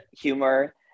humor